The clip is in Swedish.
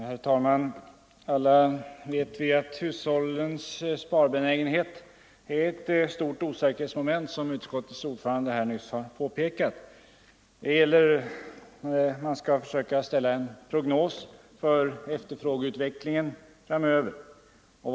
Herr talman! Alla vet vi att hushållens sparbenägenhet är ett stort osäkerhetsmoment när det gäller att ställa en prognos för efterfrågeutvecklingen framöver. Denna osäkerhet påpekades också nyss av utskottets-ordförande.